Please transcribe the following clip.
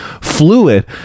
fluid